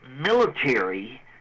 military